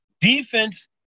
defense